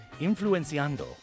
Influenciando